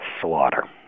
slaughter